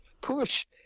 push